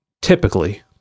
typically